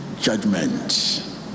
judgment